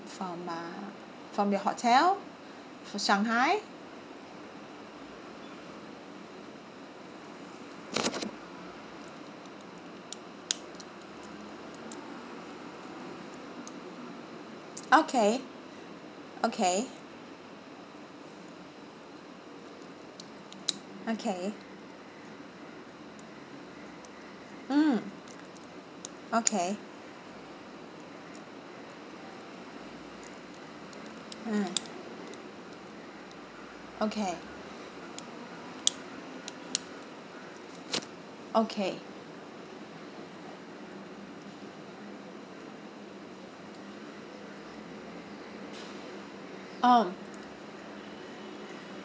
from uh form your hotel to shanghai okay okay okay mm okay mm okay okay um